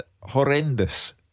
Horrendous